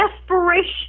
desperation